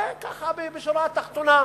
זה בשורה התחתונה.